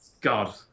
God